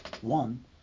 one